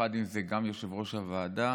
במיוחד אם זה גם יושב-ראש הוועדה